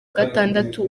gatandatu